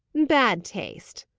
bad taste!